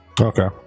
Okay